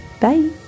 Bye